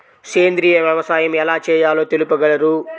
సేంద్రీయ వ్యవసాయం ఎలా చేయాలో తెలుపగలరు?